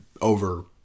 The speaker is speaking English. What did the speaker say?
over